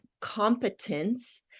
competence